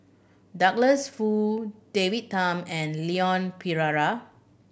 Douglas Foo David Tham and Leon Perera